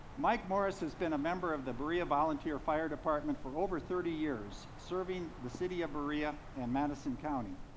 mike morris has been a member of the berea volunteer fire department for over thirty years, serving the city of berea and madison county.